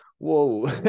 whoa